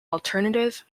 alternative